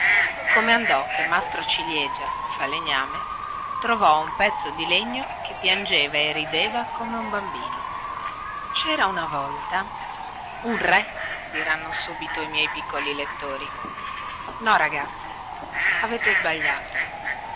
come andò che maestro ciliegia falegname trovò un pezzo di legno che piangeva e rideva come un bambino cera una volta un re diranno subito i miei piccoli lettori no ragazzi avete sbagliato